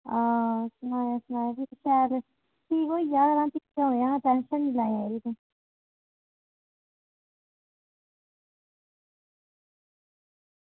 हां सनायां सनायां भी सारे ठीक होई जाह्ग ते सनायां यरी